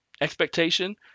expectation